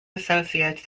associates